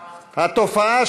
התופעה,